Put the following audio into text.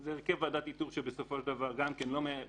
זה הרכב ועדת איתור שבסופו של דבר ואני